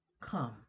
come